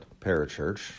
parachurch